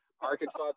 Arkansas